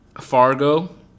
Fargo